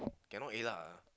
cannot already lah